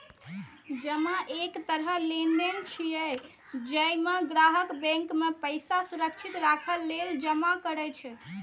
जमा एक तरह लेनदेन छियै, जइमे ग्राहक बैंक मे पैसा सुरक्षित राखै लेल जमा करै छै